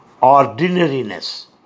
ordinariness